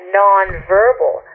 nonverbal